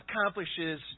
accomplishes